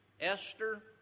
Esther